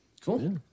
Cool